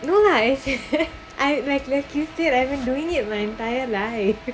you know like I recollect you see it I've been doing it my entire life